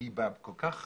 היא כל כך